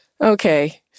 Okay